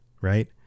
right